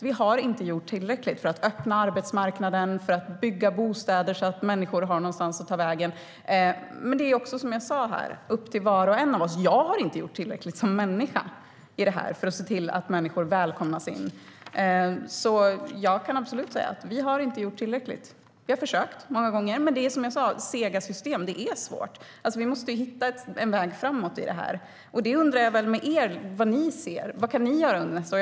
Vi har inte gjort tillräckligt för att öppna arbetsmarknaden och bygga bostäder så att människor har någonstans att ta vägen. Men det är också, som jag sa, upp till var och en av oss. Jag har inte gjort tillräckligt som människa för att se till att människor välkomnas in. Jag kan alltså absolut säga att vi inte har gjort tillräckligt. Vi har många gånger försökt, men det är som jag sa: sega system. Det är svårt. Vi måste hitta en väg framåt i det här. Där undrar jag vad ni ser att ni kan göra under nästa år.